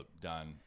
done